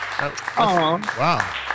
wow